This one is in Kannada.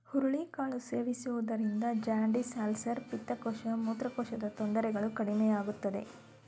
ಹುರುಳಿ ಕಾಳು ಸೇವಿಸುವುದರಿಂದ ಜಾಂಡಿಸ್, ಅಲ್ಸರ್, ಪಿತ್ತಕೋಶ, ಮೂತ್ರಕೋಶದ ತೊಂದರೆಗಳು ಕಡಿಮೆಯಾಗುತ್ತದೆ